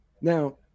Now